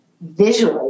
visually